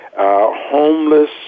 homeless